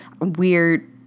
weird